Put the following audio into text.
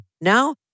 Now